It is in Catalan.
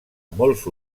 molts